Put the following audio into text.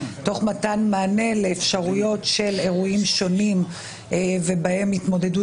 תוך מתן מענה לאפשרויות של אירועים שונים ובהם התמודדות,